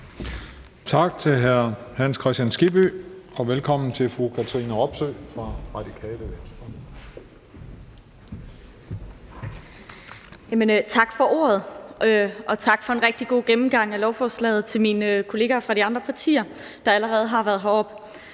Tak til hr. Hans Kristian Skibby. Og velkommen til fru Katrine Robsøe fra Radikale Venstre. Kl. 14:55 (Ordfører) Katrine Robsøe (RV): Tak for ordet og tak til mine kolleger fra de andre partier, der allerede har været heroppe,